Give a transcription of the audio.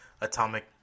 atomic